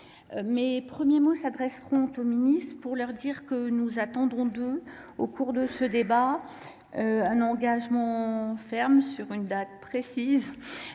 Mes premiers mots s’adresseront aux ministres. Nous attendrons d’eux, au cours de ce débat, un engagement ferme sur une date précise